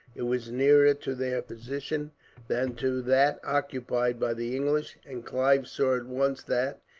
it was nearer to their position than to that occupied by the english, and clive saw at once that,